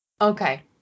okay